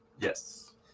Yes